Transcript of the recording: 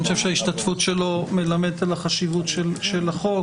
אני חושב שההשתתפות שלו מלמדת על החשיבות של החוק,